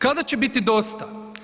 Kada će biti dosta?